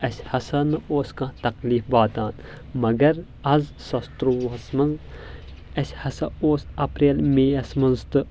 اسہِ ہسا نہٕ اوس کانٛہہ تکلیف واتان مگر از زٕ ساس ترووُہس منٛز اسہِ ہسا اوس ایپریل مے یس منٛز تہٕ